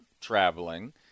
traveling